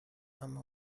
اما